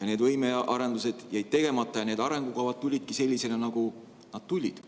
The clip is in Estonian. ja need võimearendused jäid tegemata ja arengukavad tulidki sellised, nagu nad tulid.